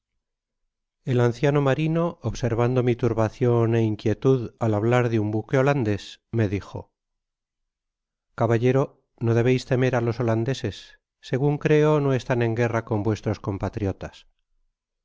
el anciano marino observando mi turbacion é inquie tad al hablar de un buque holandés me dijo caballero no debeis temer á los holandeses segun creo no estan en guerra con vuestros compatriotas